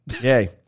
yay